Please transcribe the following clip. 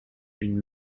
une